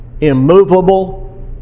immovable